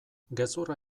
gezurra